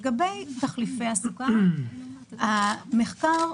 לגבי תחליפי הסוכר זה מחקר